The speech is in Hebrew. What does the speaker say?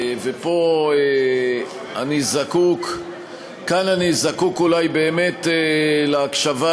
כאן אני זקוק אולי באמת להקשבה,